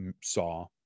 saw